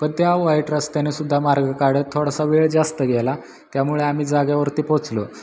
पण त्या वाईट रस्त्यानेसुद्धा मार्ग काढत थोडासा वेळ जास्त गेला त्यामुळे आम्ही जाग्यावरती पोचलो